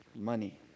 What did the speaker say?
Money